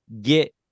get